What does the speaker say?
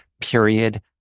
period